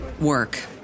work